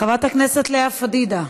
חברת הכנסת לאה פדידה,